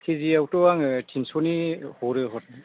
केजियावथ' आङो टिन्स'नि हरो हरनाया